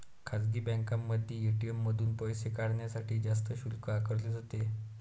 खासगी बँकांमध्ये ए.टी.एम मधून पैसे काढण्यासाठी जास्त शुल्क आकारले जाते